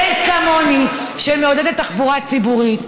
אין כמוני שמעודדת תחבורה ציבורית.